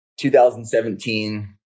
2017